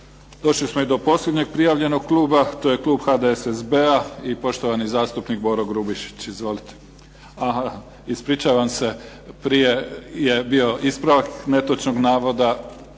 Došli smo i do posljednjeg prijavljenog kluba, to je klub HDSSB-a i poštovani zastupnik Boro Grubišić. Izvolite. A, ispričavam se, prije je bio ispravak netočnog navoda,